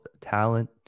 talent